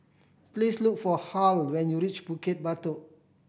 please look for Hal when you reach Bukit Batok